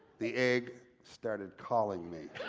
the egg started calling me.